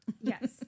Yes